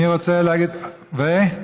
אני רוצה להגיד, כן,